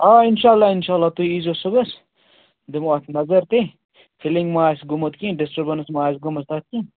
آ انشاء اللہ انشاء اللہ تُہۍ یی زیٚو صُبحس دِمو اتھ نظر تہِ فِلِنٛگ ما آسہِ گوٚمُت کیٚنٛہہ ڈِسٹٔربَنس ما آسہِ گٲمٕژ تتھ کیٚنٛہہ